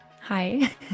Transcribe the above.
hi